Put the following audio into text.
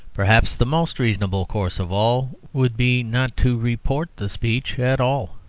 perhaps the most reasonable course of all would be not to report the speech at all.